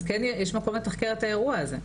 אז כן יש מקום לתחקר את האירוע הזה.